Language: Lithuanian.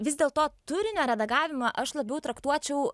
vis dėlto turinio redagavimą aš labiau traktuočiau